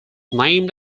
named